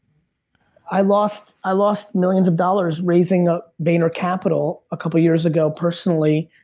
i lost i lost millions of dollars raising ah gainer capital a couple of years ago personally